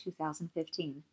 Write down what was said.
2015